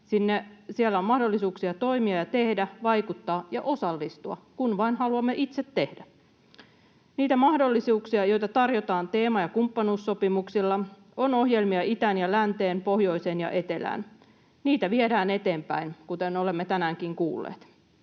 siellä on mahdollisuuksia toimia ja tehdä, vaikuttaa ja osallistua, kun vain haluamme itse tehdä. Niitä mahdollisuuksia, joita tarjotaan teema- ja kumppanuussopimuksilla: on ohjelmia itään ja länteen, pohjoiseen ja etelään. Niitä viedään eteenpäin, kuten olemme tänäänkin kuulleet.